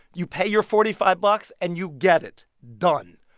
you pay your forty five bucks, and you get it done.